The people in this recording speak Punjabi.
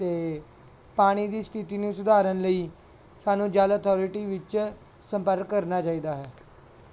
ਅਤੇ ਪਾਣੀ ਦੀ ਸਥਿਤੀ ਨੂੰ ਸੁਧਾਰਨ ਲਈ ਸਾਨੂੰ ਜਲ ਅਥੋਰਿਟੀ ਵਿੱਚ ਸੰਪਰਕ ਕਰਨਾ ਚਾਹੀਦਾ ਹੈ